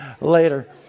later